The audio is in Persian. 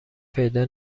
پیدا